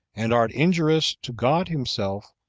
and art injurious to god himself,